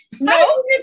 No